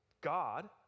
God